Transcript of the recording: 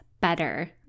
better